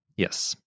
Yes